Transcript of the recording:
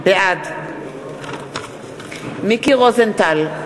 בעד מיקי רוזנטל,